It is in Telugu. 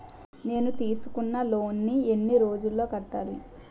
నేను తీసుకున్న లోన్ నీ ఎన్ని రోజుల్లో కట్టాలి?